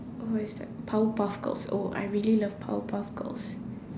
oh what is that powerpuff girls oh I really love powerpuff girls